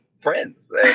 friends